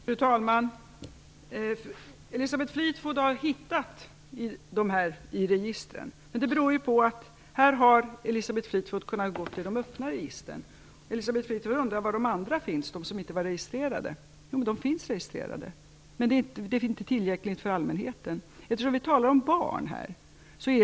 Fru talman! Elisabeth Fleetwood har hittat dessa i registren. Det beror på att hon har kunnat gå till de öppna registren. Elisabeth Fleetwood undrar var de andra finns, de som inte var registrerade. Jo, de finns registrerade, men det är inte tillgängligt för allmänheten. Vi talar om barn.